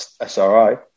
sri